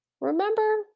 Remember